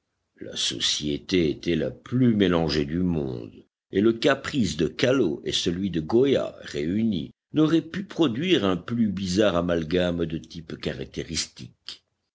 la société était la plus mélangée du monde et le caprice de callot et celui de goya réunis n'auraient pu produire un plus bizarre amalgame de types caractéristiques